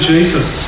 Jesus